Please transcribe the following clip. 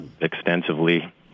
extensively